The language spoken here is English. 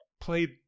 played